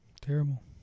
Terrible